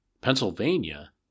Pennsylvania